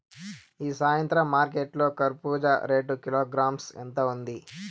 ఈ సాయంత్రం మార్కెట్ లో కర్బూజ రేటు కిలోగ్రామ్స్ ఎంత ఉంది?